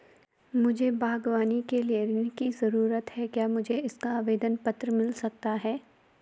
मुझे बागवानी के लिए ऋण की ज़रूरत है क्या मुझे इसका आवेदन पत्र मिल सकता है?